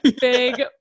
Big